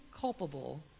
culpable